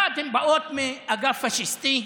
1. הן באות מהאגף הפשיסטי,